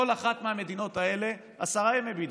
בכל אחת מהמדינות האלה עשרה ימי בידוד,